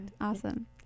awesome